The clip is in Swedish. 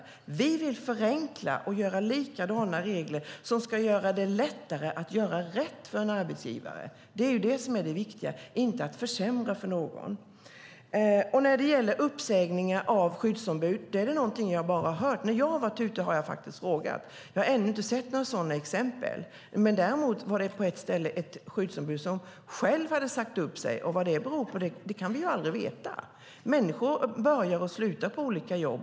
Därför vill vi förenkla och göra likadana regler som ska göra det lättare att göra rätt för en arbetsgivare. Det är det som är det viktiga, inte att försämra för någon. Uppsägningar av skyddsombud är något som jag bara har hört om. När jag har varit ute på arbetsplatser har jag faktiskt frågat, men jag har ännu inte sett några sådana exempel. På ett ställe var det däremot ett skyddsombud som själv hade sagt upp sig, och vad det beror på kan vi aldrig veta. Människor börjar och slutar på olika jobb.